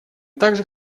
также